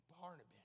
Barnabas